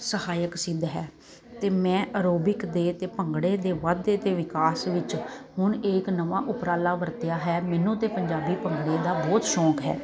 ਸਹਾਇਕ ਸਿੱਧ ਹੈ ਤੇ ਮੈਂ ਅਰੋਬਿਕ ਦੇ ਤੇ ਭੰਗੜੇ ਦੇ ਵਾਧੇ ਤੇ ਵਿਕਾਸ ਵਿੱਚ ਹੁਣ ਇਹ ਇਕ ਨਵਾਂ ਉਪਰਾਲਾ ਵਰਤਿਆ ਹੈ ਮੈਨੂੰ ਤੇ ਪੰਜਾਬੀ ਭੰਗੜੇ ਦਾ ਬਹੁਤ ਸ਼ੌਂਕ ਹੈ